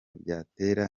byatera